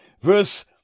Verse